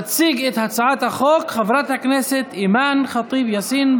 תציג את הצעת החוק חברת הכנסת אימאן ח'טיב יאסין,